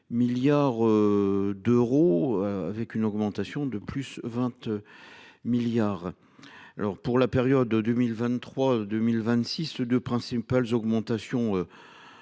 milliards d’euros, soit une augmentation de plus de 20 milliards d’euros. Pour la période 2023 2026, les deux principales augmentations,